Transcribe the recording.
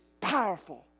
powerful